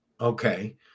Okay